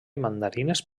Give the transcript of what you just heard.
mandarines